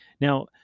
Now